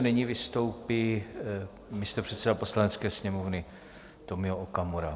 Nyní vystoupí místopředseda Poslanecké sněmovny Tomio Okamura.